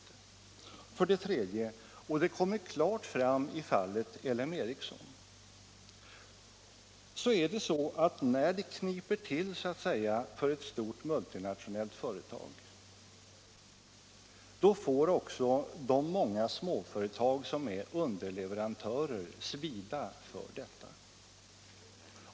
Nr 56 För det tredje — och det kommer klart fram i fallet LM Ericsson —- Onsdagen den är det så att när det ”kniper till” för ett stort multinationellt företag 19 januari 1977 får också de många småföretag som är underleverantörer svida för detta.